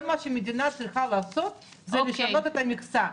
כל מה שהמדינה צריכה לעשות זה לשנות את המכסה.